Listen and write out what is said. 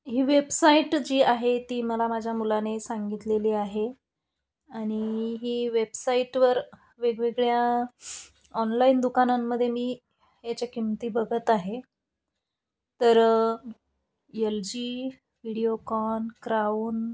ही website जी आहे ती मला माझ्या मुलाने सांगितलेली आहे आणि ही वेबसाईटवर वेगवेगळ्या ऑनलाईन दुकानांमध्ये मी याची किंमती बघत आहे तर यल जी व्हिडिओकॉन क्राऊन